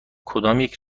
کدامیک